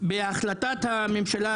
בהחלטת הממשלה,